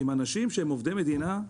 עם אנשים שהם עובדי מדינה,